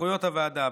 סמכויות הוועדה,